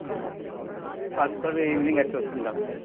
హాస్పిటల్కి ఈవినింగ్ అట్ల వస్తాను డాక్టర్